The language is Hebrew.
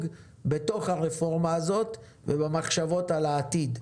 בתוך הרפורמה הזאת ובמחשבות על העתיד.